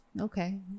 Okay